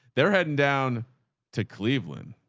they're heading down to cleveland